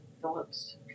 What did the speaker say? phillips